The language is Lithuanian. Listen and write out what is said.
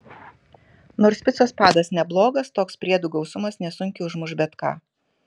nors picos padas neblogas toks priedų gausumas nesunkiai užmuš bet ką